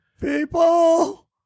People